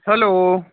hello